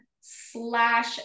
slash